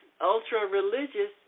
ultra-religious